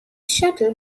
shuttle